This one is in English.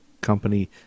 company